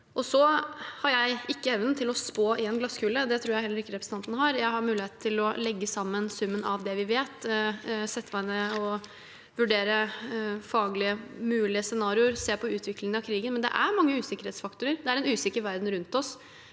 Jeg har ikke evnen til å spå i en glasskule. Det tror jeg heller ikke representanten har. Jeg har mulighet til å legge sammen summen av det vi vet, sette meg ned og vurdere mulige scenarioer faglig og se på utviklingen av krigen, men det er mange usikkerhetsfaktorer. Det er en usikker verden rundt oss.